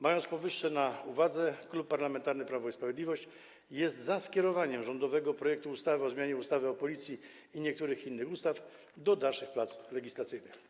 Mając powyższe na uwadze, Klub Parlamentarny Prawo i Sprawiedliwość jest za skierowaniem rządowego projektu ustawy o zmianie ustawy o Policji oraz niektórych innych ustaw do dalszych prac legislacyjnych.